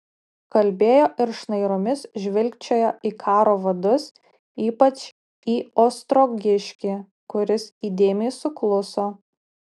kalbėjo ir šnairomis žvilgčiojo į karo vadus ypač į ostrogiškį kuris įdėmiai sukluso